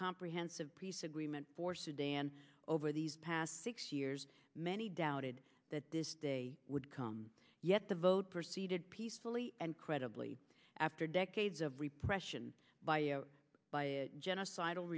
comprehensive peace agreement for sudan over these past six years many doubted that this day would come yet the vote proceeded peacefully and credibly after decades of repression by a genocid